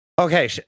Okay